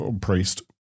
priest